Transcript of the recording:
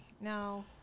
no